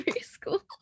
school